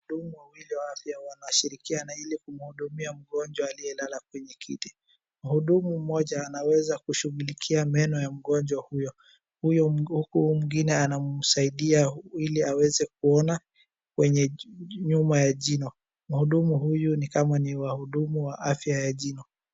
Wahudumu wawili wa afya wanashirikiana ili kumhudumia mgonjwa aliyelala kwenye kiti. Mhudumu mmoja anaweza kushughulikia meno ya mgonjwa huyo. Huyo mwingine anamsaidia ili aweze kuona kwenye nyuma ya jino. Mhudumu huyu ni kama ni wa huduma wa afya ya jino.